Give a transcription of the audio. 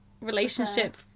relationship